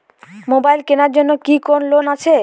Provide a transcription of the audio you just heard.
Mobile কেনার জন্য কি কোন লোন আছে?